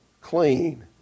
clean